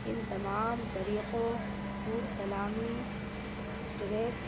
ان تمام طریقوں خود کلامی اسٹریس